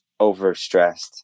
overstressed